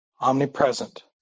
omnipresent